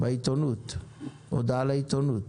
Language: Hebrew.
יצאה הודעה לעיתונות.